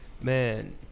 Man